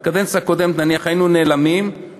בקדנציה הקודמת, נניח, היינו נעלמים, אני